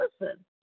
Listen